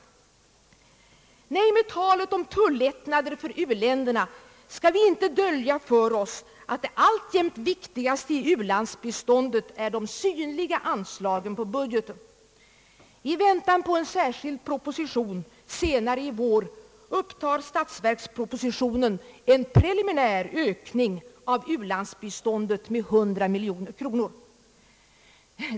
Nej, med talet om tullättnader för uländerna skall vi inte dölja för oss att det viktigaste i u-landsbiståndet alltjämt är de synliga anslagen över budgeten. I väntan på en särskild proposition senare i vår upptar statsverkspropositionen en preliminär ökning av u-landsbiståndet med 100 miljoner kronor.